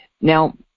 now